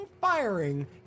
firing